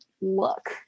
look